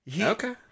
Okay